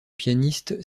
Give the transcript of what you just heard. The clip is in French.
pianiste